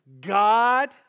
God